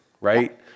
right